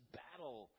battle